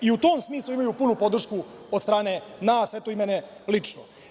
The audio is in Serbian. U tom smislu imaju punu podršku od strane nas, eto i mene lično.